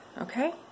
okay